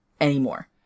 anymore